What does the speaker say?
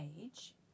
age